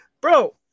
Bro